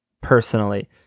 personally